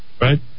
right